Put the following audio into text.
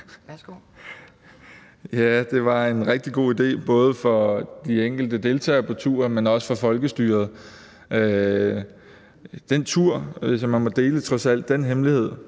(SF): Ja, det var en rigtig god idé, både for de enkelte deltagere på turen, men også for folkestyret. På den tur var vi sammen på tværs af partier,